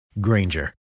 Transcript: Granger